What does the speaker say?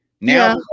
Now